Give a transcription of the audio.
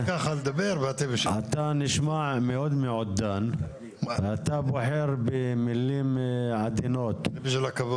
אתה נשמע מאוד מעודן ואתה בוחר במילים עדינות --- בשביל הכבוד.